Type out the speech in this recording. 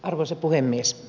arvoisa puhemies